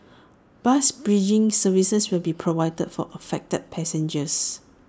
bus bridging services will be provided for affected passengers